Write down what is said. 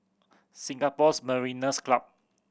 Singapore's Mariners' Club